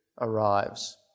arrives